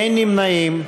אין נמנעים.